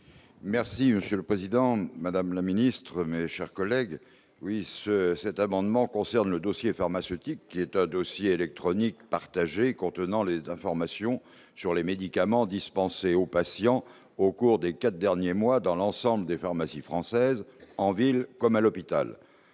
Merci Monsieur le Président, Madame la Ministre, mais chers collègues oui ce cet amendement concerne le dossier pharmaceutique qui est un dossier électronique partagé contenant les informations sur les médicaments dispensés aux patients au cours des 4 derniers mois dans l'ensemble des pharmacies françaises en ville comme à l'hôpital,